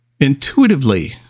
intuitively